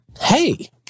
Hey